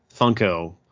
Funko